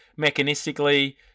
mechanistically